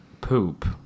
poop